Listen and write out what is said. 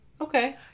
Okay